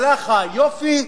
הלך היופי,